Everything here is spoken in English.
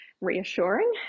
reassuring